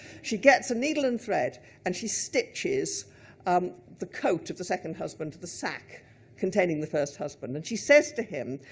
she gets a needle and thread and she stitches um the coat of the second husband to the sack containing the first husband. and she says to him,